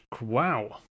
Wow